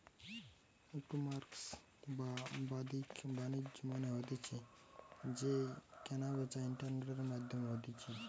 ecommerce বা বাদ্দিক বাণিজ্য মানে হতিছে যেই কেনা বেচা ইন্টারনেটের মাধ্যমে হতিছে